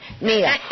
Mia